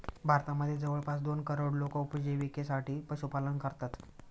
भारतामध्ये जवळपास दोन करोड लोक उपजिविकेसाठी पशुपालन करतात